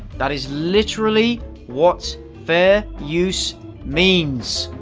that is literally what fair use means!